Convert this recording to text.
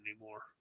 anymore